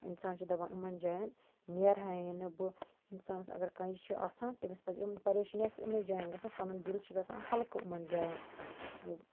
اِنسان چھُ دَپان یِمَن جاین نیرہَے نہٕ بہٕ اِنسانَس اَگر کانٛہہ یہِ چھِ آسان تٔمِس پَزِ یِم پَریشٲنی آسہِ یِمنٕے جاین گژھُن پنُن دِل چھُ گژھان ہلکہٕ یِمن جاین